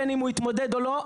בין אם הוא יתמודד או לא,